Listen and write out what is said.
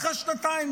אחרי שנתיים,